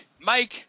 Mike